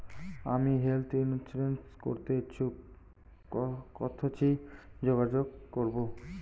আমি health insurance করতে ইচ্ছুক কথসি যোগাযোগ করবো?